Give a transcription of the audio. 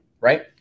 Right